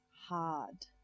hard